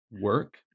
work